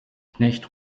knecht